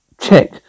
check